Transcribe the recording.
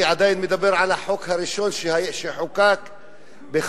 אני עדיין מדבר על החוק הראשון שחוקק ב-1952.